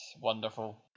wonderful